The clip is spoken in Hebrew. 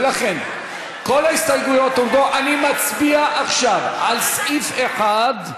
ולכן, נצביע עכשיו על סעיף 1,